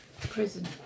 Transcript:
Prison